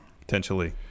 Potentially